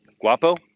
Guapo